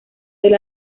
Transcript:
del